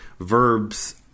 verbs